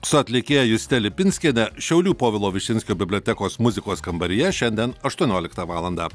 su atlikėja juste lipinskiene šiaulių povilo višinskio bibliotekos muzikos kambaryje šiandien aštuonioliktą valandą